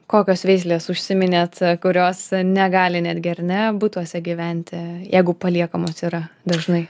kokios veislės užsiiminėt kurios negali netgi ar ne butuose gyventi jeigu paliekamos yra dažnai